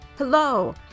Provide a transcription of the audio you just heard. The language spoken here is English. Hello